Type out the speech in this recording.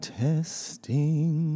testing